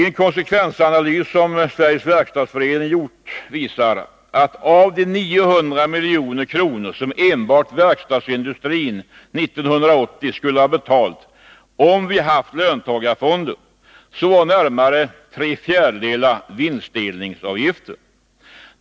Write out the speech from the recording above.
En konsekvensanalys som Sveriges verkstadsförening gjort visar att närmare tre fjärdedelar av de 900 milj.kr. som enbart verkstadsindustrin 1980 skulle ha betalat, om vi haft löntagarfonder, var vinstdelningsavgifter.